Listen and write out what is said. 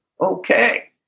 Okay